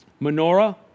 menorah